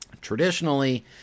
traditionally